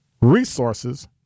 Resources